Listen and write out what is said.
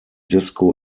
disco